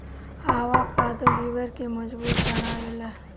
avocado लिबर के मजबूत बनावेला